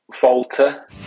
Falter